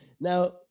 Now